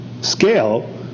scale